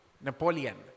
Napoleon